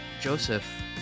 Joseph